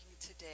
today